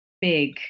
big